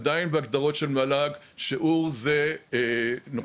עדיין בהגדרות של מל"ג שיעור הוא נוכחות